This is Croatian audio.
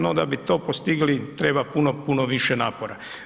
No, da bi to postigli treba puno, puno više napora.